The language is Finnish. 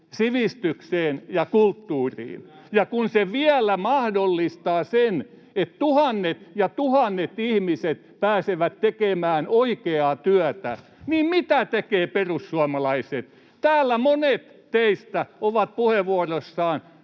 Peltokangas: Kyllä!] ja kun se vielä mahdollistaa sen, että tuhannet ja tuhannet ihmiset pääsevät tekemään oikeaa työtä, niin mitä tekevät perussuomalaiset? Täällä monet teistä ovat puheenvuoroissaan